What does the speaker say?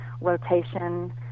rotation